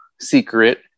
secret